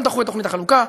הם דחו את תוכנית החלוקה,